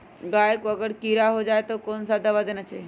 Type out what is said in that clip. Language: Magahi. गाय को अगर कीड़ा हो जाय तो कौन सा दवा देना चाहिए?